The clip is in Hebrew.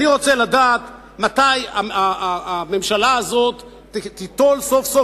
אני רוצה לדעת מתי הממשלה הזאת תיטול סוף-סוף